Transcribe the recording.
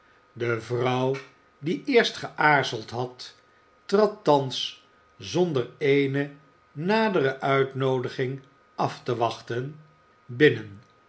de vrouw die eerst geaarzeld had trad thans zonder eene nadere uitnoodiging af te wachten binnen